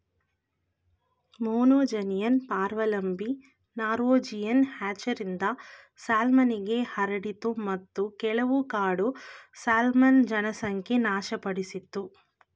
monogenean ಪರಾವಲಂಬಿ Norwegian ಹ್ಯಾಚರಿಂದ ಸಾಲ್ಮನ್ಗೆ ಹರಡಿತು ಮತ್ತು ಕೆಲವು ಕಾಡು ಸಾಲ್ಮನ್ ಜನಸಂಖ್ಯೆ ನಾಶಪಡಿಸಿತು